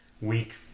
week